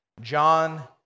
John